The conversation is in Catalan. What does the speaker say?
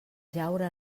jaure